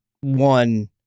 one